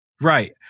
Right